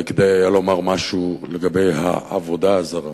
אולי כדאי היה לומר משהו על העבודה הזרה,